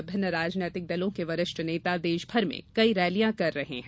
विभिन्न राजनीतिक दलों के वरिष्ठ नेता देशभर में कई रैलियां कर रहे हैं